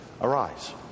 arise